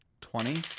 Twenty